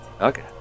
Okay